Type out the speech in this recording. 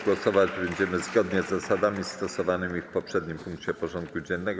Głosować będziemy zgodnie z zasadami stosowanymi w poprzednim punkcie porządku dziennego.